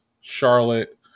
Charlotte